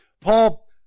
Paul